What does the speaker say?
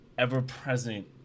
ever-present